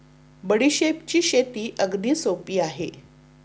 बडीशेपची शेती अगदी सोपी आहे